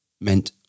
meant